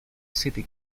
city